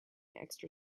extra